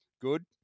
Good